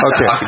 Okay